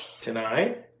tonight